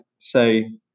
say